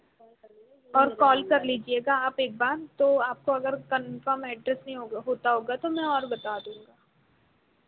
और कॉल कर लीजिएगा आप एक बार तो आपको अगर कन्फ़र्म एड्रेस नहीं होता होगा तो मैं और बता दूंगा